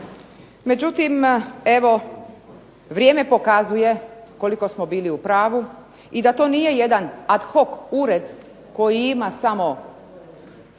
Međutim evo vrijeme pokazuje koliko smo bili u pravu i da to nije jedan ad hoc ured koji ima samo